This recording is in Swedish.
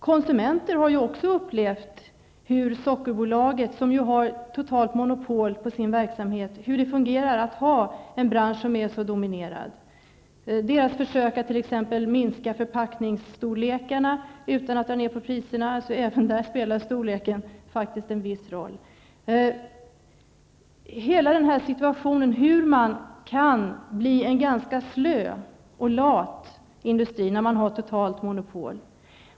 Konsumenter har också upplevt hur Sockerbolaget fungerar, som ju har totalt monopol i branschen. Man har ju t.ex. försökt minska förpackningsstorlekar utan att sänka priserna. Hela denna situation visar hur en industri kan bli ganska slö och lat när den har totalt monopol.